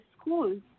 schools